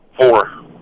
Four